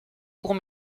court